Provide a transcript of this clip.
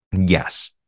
Yes